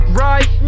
right